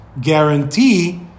guarantee